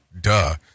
Duh